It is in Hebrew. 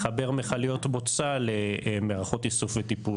לחבר מכליות מוצא למערכות איסוף וטיפול.